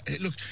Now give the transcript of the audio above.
Look